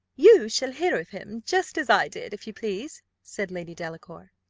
you shall hear of him just as i did, if you please, said lady delacour,